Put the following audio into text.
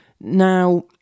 Now